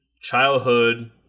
childhood